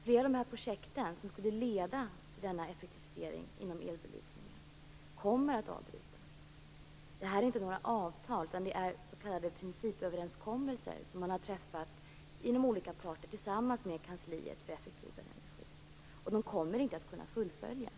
Flera av de projekt som skulle leda till denna effektivisering inom elbelysningsområdet kommer att avbrytas. Det är inte fråga om avtal, utan det handlar om s.k. principöverenskommelser som träffats mellan olika parter tillsammans med Kansliet för effektivare energi. De kommer inte att kunna fullföljas.